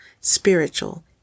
spiritual